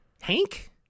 Hank